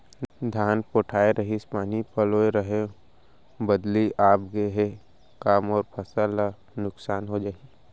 धान पोठागे रहीस, पानी पलोय रहेंव, बदली आप गे हे, का मोर फसल ल नुकसान हो जाही?